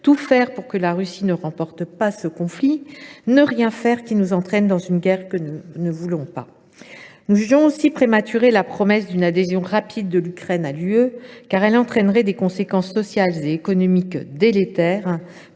tout faire pour que la Russie ne remporte pas ce conflit ; ne rien faire qui nous entraîne dans une guerre dont nous ne voulons pas. Nous jugeons également que la promesse d’une adhésion rapide de l’Ukraine à l’Union serait prématurée, car cela entraînerait des conséquences sociales et économiques délétères